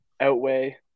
outweigh